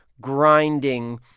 grinding